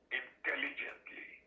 intelligently